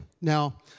Now